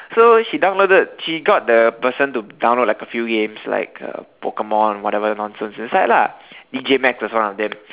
so she downloaded she got the person to download like a few games like uh Pokemon whatever nonsense inside lah D_J-max was one of them